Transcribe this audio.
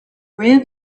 rear